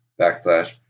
backslash